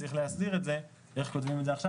צריך להסדיר איך כותבים את זה עכשיו,